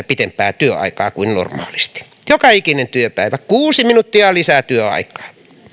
pitempää työaikaa kuin normaalisti joka ikinen työpäivä kuusi minuuttia lisää työaikaa